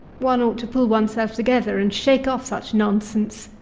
one ought to pull oneself together and shake off such nonsense.